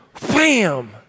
Bam